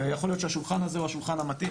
ויכול להיות שהשולחן הזה הוא השולחן המתאים,